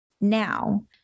Now